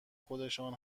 خودشان